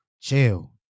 Chill